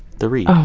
the read.